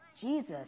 Jesus